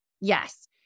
Yes